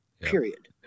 period